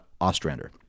Ostrander